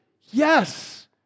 Yes